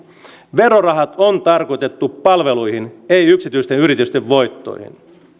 verorahat on tarkoitettu palveluihin ei yksityisten yritysten voittoihin